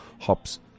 hops